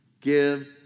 Give